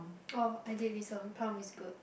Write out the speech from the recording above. oh I did listen prom is good